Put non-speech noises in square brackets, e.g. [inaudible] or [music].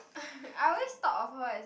[laughs] I always thought of her as